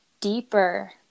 deeper